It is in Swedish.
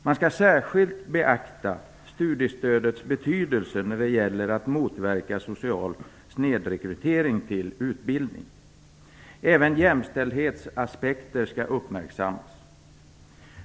Man skall särskilt beakta studiestödets betydelse när det gäller att motverka social snedrekrytering till utbildning. Även jämställdhetsaspekter skall uppmärksammas.